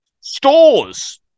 stores